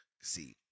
See